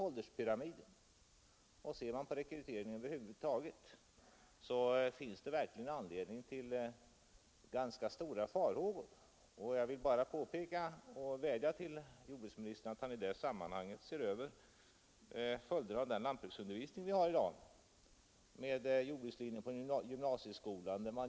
Ålderspyramiden och rekryteringen över huvud taget ger verkligen anledning till ganska stora farhågor, och jag vill därför vädja till jordbruksministern att han ser över följderna av den lantbruksundervisning vi har för närvarande med jordbrukslinjen i gymnasieskolan.